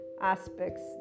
aspects